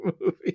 movie